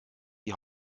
die